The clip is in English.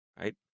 right